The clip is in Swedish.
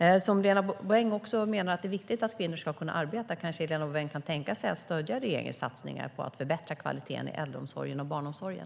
Eftersom Helena Bouveng också menar att det är viktigt att kvinnor ska kunna arbeta kanske Helena Bouveng kan tänka sig att stödja regeringens satsningar på att förbättra kvaliteten i äldreomsorgen och barnomsorgen.